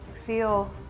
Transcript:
feel